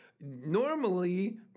normally